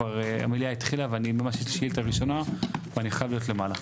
כבר המליאה התחילה ואני ממש יש לי שאילתה ראשונה ואני חייב להיות למעלה.